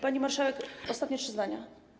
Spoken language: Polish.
Pani marszałek, ostatnie trzy zdania.